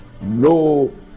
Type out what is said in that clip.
no